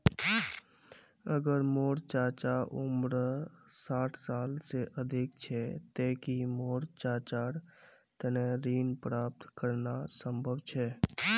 अगर मोर चाचा उम्र साठ साल से अधिक छे ते कि मोर चाचार तने ऋण प्राप्त करना संभव छे?